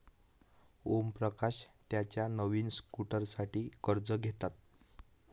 ओमप्रकाश त्याच्या नवीन स्कूटरसाठी कर्ज घेतात